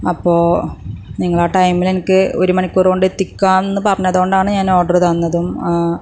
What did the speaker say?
അപ്പോൾ നിങ്ങൾ ആ ടൈമില് എനക്ക് ഒര് മണിക്കൂർ കൊണ്ടെത്തിക്കാം എന്ന് പറഞ്ഞതുകൊണ്ടാണ് ഞാൻ ഓർഡർ തന്നതും